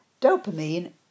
Dopamine